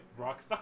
Rockstar